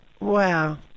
Wow